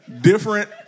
different